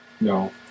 No